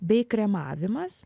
bei kremavimas